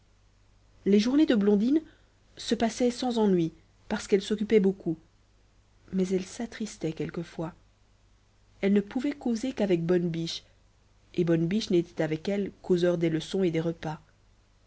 les journées de blondine se passaient sans ennui parce qu'elle s'occupait beaucoup mais elle s'attristait quelquefois elle ne pouvait causer qu'avec bonne biche et bonne biche n'était avec elle qu'aux heures des leçons et des repas